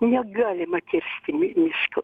negalima kirsti miško